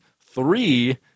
three